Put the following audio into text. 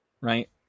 right